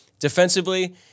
Defensively